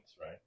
right